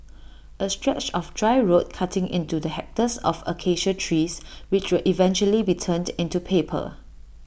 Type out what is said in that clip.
A stretch of dry road cutting in the hectares of Acacia trees which will eventually be turned into paper